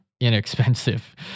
inexpensive